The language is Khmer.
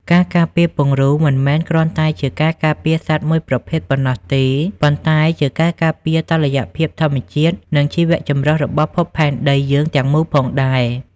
ការការពារពង្រូលមិនមែនគ្រាន់តែជាការការពារសត្វមួយប្រភេទប៉ុណ្ណោះទេ ប៉ុន្តែជាការការពារតុល្យភាពធម្មជាតិនិងជីវចម្រុះរបស់ភពផែនដីយើងទាំងមូលផងដែរ។